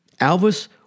Alvis